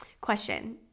question